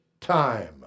time